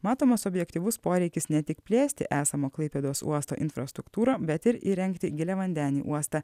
matomas objektyvus poreikis ne tik plėsti esamo klaipėdos uosto infrastruktūrą bet ir įrengti giliavandenį uostą